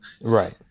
Right